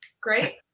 Great